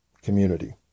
community